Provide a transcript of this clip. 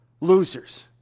Losers